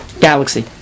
galaxy